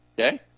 Okay